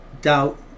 doubt